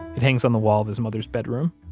it hangs on the wall of his mother's bedroom.